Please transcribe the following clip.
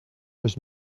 was